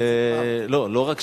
לא רק ענו,